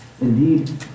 Indeed